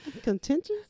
Contentious